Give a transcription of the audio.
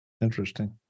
Interesting